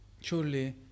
Surely